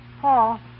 Paul